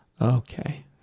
okay